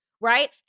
right